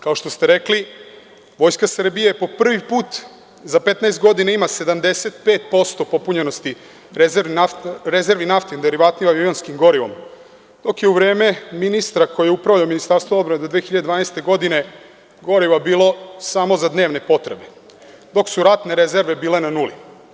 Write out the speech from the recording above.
Kao što ste rekli Vojska Srbije po prvi put za 15 godina ima 75% popunjenosti rezervi naftnim derivatima i avionskim gorivom, dok je za vreme ministra koji je upravljao Ministarstvom odbrane do 2012. godine goriva bilo samo za dnevne potrebe, dok su ratne rezerve bile na nuli.